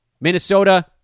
Minnesota